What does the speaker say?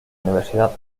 universidad